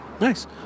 Nice